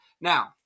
Now